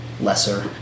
lesser